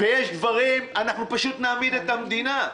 אנחנו פשוט נעמיד את המדינה.